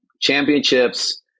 championships